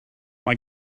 mae